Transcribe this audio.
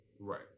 Right